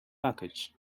package